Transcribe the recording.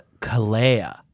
Kalea